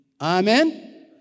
Amen